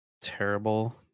terrible